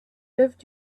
lived